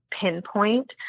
pinpoint